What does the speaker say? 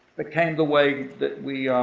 became the way that we,